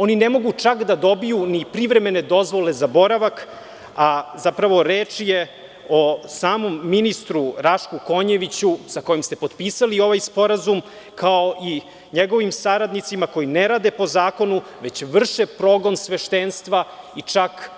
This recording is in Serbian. Oni ne mogu čak da dobiju ni privremene dozvole za boravak, a zapravo reč je o samom ministru Rašku Konjeviću sa kojim ste potpisali ovaj sporazum, kao i njegovim saradnicima koji ne rade po zakonu, već vrše progon sveštenstva i čak